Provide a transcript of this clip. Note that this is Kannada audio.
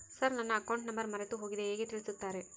ಸರ್ ನನ್ನ ಅಕೌಂಟ್ ನಂಬರ್ ಮರೆತುಹೋಗಿದೆ ಹೇಗೆ ತಿಳಿಸುತ್ತಾರೆ?